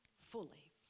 fully